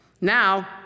Now